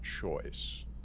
choice